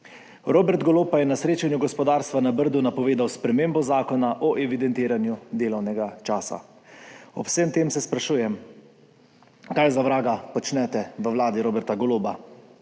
Robert Golob pa je na srečanju gospodarstva na Brdu napovedal spremembo zakona o evidentiranju delovnega časa. Ob vsem tem se sprašujem, kaj za vraga počnete v Vladi Roberta Goloba.